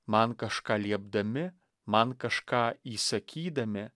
man kažką liepdami man kažką įsakydami